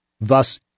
thus